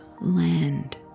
land